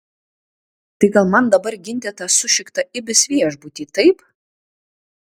tai gal man dabar ginti tą sušiktą ibis viešbutį taip